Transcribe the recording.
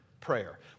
prayer